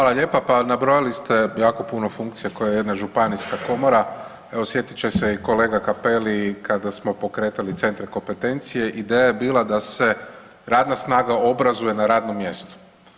Hvala lijepa, pa nabrojali ste jako puno funkcija koje jedna županijska komora, evo sjetit će se i kolega Cappelli kada smo pokretali centre kompetencije ideja je bila da se radna snaga obrazuje na radnom mjestu.